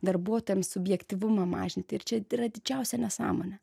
darbuotojams subjektyvumą mažinti ir čia yra didžiausia nesąmonė